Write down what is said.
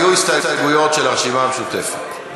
היו הסתייגויות של הרשימה המשותפת,